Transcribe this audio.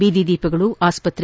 ಬೀದಿ ದೀಪಗಳು ಆಸ್ಸತ್ತೆ